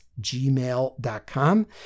gmail.com